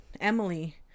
emily